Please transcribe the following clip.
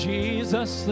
Jesus